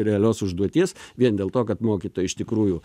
realios užduoties vien dėl to kad mokytojai iš tikrųjų